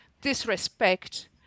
disrespect